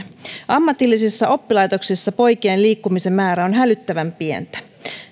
ammatillisissa oppilaitoksissa poikien liikkumisen määrä on hälyttävän pientä